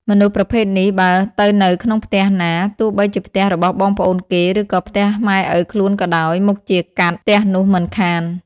មនុស្សប្រភេទនេះ បើទៅនៅក្នុងផ្ទះណា ទោះបីជាផ្ទះរបស់បងប្អូនគេ ឬក៏ផ្ទះម៉ែឪខ្លួនក៏ដោយ មុខជា «កាត់» ផ្ទះនោះមិនខាន ។